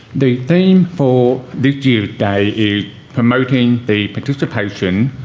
the theme for this year's day is promoting the participation